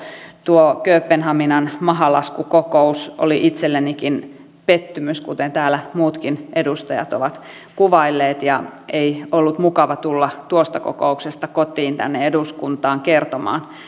tuo kööpenhaminan mahalaskukokous oli itsellenikin pettymys kuten täällä muutkin edustajat ovat kuvailleet ja ei ollut mukava tulla tuosta kokouksesta kotiin tänne eduskuntaan kertomaan